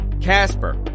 Casper